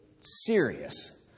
serious